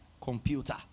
computer